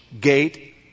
gate